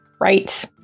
Right